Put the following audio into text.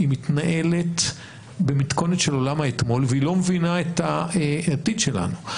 היא מתנהלת במתכונת של עולם האתמול והיא לא מבינה את העתיד שלנו.